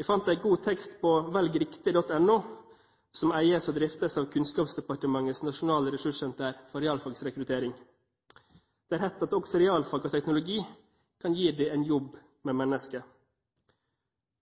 Jeg fant en god tekst på velgriktig.no, som eies og driftes av Kunnskapsdepartementets nasjonale ressurssenter for realfagsrekruttering. Der het det at også realfag og teknologi kan gi deg en jobb med mennesker: